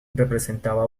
representaba